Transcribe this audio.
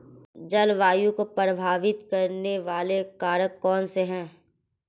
जलवायु को प्रभावित करने वाले कारक कौनसे हैं?